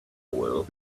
will